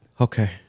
Okay